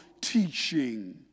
teaching